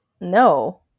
no